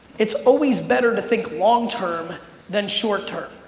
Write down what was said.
it's always better to think long-term than short-term.